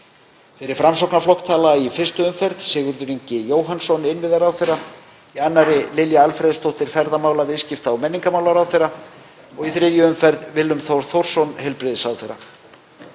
Fyrir Framsóknarflokk tala í fyrstu umferð Sigurður Ingi Jóhannsson, innviðaráðherra, í annarri Lilja Alfreðsdóttir, ferðamála-, viðskipta- og menningarmálaráðherra, og í þriðju umferð Willum Þór Þórsson, heilbrigðisráðherra.